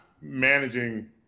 managing